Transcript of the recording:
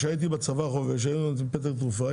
כשהייתי חובש בצבא והיו נותנים פתק תרופה,